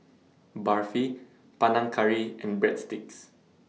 Barfi Panang Curry and Breadsticks